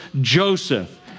Joseph